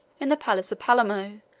in the palace of palermo,